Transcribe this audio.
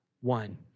one